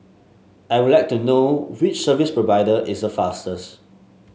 I would like to know which service provider is the fastest